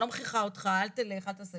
אני לא מכריחה אותך, אל תלך, אל תעשה'.